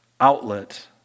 outlet